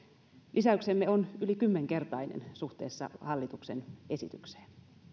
lisäyksemme on yli kymmenkertainen suhteessa hallituksen esitykseen